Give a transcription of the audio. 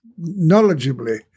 knowledgeably